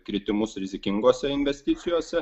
kritimus rizikingose investicijose